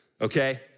Okay